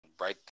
right